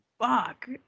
Fuck